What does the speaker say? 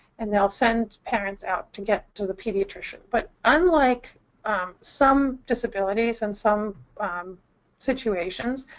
and they'll send parents out to get to the pediatrician. but unlike some disabilities and some situations,